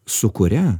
su kuria